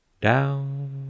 Down